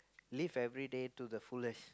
live everyday to the fullest